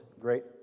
great